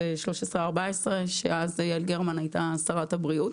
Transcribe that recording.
2014 שאז יעל גרמן הייתה שרת הבריאות.